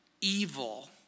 evil